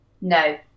no